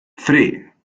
three